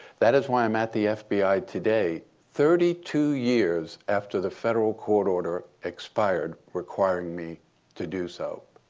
that is why i am at the fbi today thirty two years after the federal court order expired requiring me to do so.